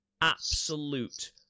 absolute